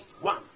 one